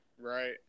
right